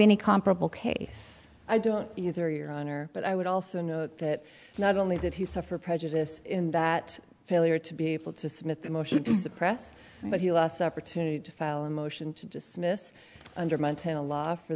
any comparable case i don't either your honor but i would also note that not only did he suffer prejudice in that failure to be able to submit the motion to suppress but he lost the opportunity to file a motion to dismiss under montana law for